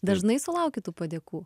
dažnai sulauki tų padėkų